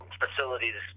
facilities